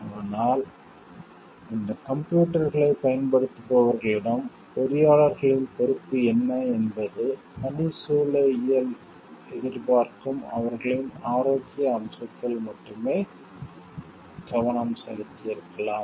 ஆனால் இந்த கம்ப்யூட்டர்களைப் பயன்படுத்துபவர்களிடம் பொறியாளர்களின் பொறுப்பு என்ன என்பது பணிச்சூழலியல் எதிர்பார்க்கும் அவர்களின் ஆரோக்கிய அம்சத்தில் மட்டுமே கவனம் செலுத்தியிருக்கலாம்